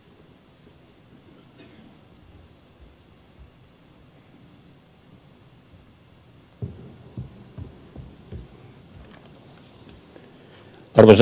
arvoisa herra puhemies